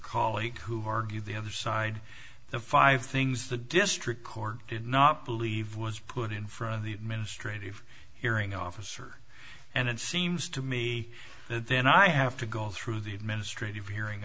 colleague who argued the other side the five things the district court did not believe was put in front of the administrative hearing officer and it seems to me that then i have to go through the administrative hearing